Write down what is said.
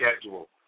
schedule